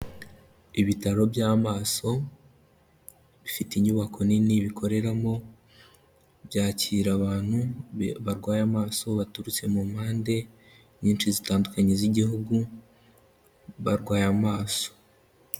Ibitaro by'amaso bifite inyubako nini bikoreramo, byakira abantu barwaye amaso baturutse mu mpande nyinshi zitandukanye z'igihugu barwaye amaso.